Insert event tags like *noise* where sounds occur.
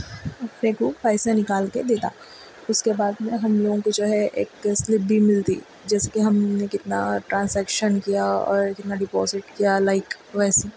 *unintelligible* کو پیسے نکال کر دیتا اس کے بعد میں ہم لوگوں کو جو ہے ایک سلپ بھی ملتی جیسے کہ ہم نے کتنا ٹرانزیکشن کیا اور کتنا ڈپوزٹ کیا لائک ویسی